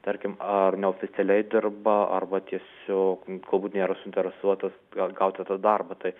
tarkim ar neoficialiai dirba arba tiesiog gal būt nėra suinteresuotas gal gauti tą darbą tai